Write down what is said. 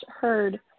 heard